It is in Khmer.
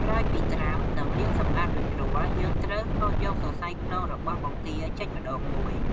ក្រោយពីត្រាំ និងលាងសម្អាតរួចរាល់ យើងត្រូវហូតយកសរសៃខ្នងរបស់បង្គាចេញម្ដងមួយ។